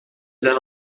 zijn